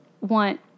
want